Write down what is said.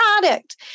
product